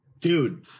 dude